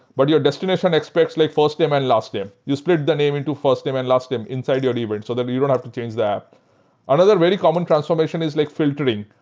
but your destination expects like first name and last name. you split the name into first name and last name inside your event but and so that you don't have to change the app another very common transformation is like filtering.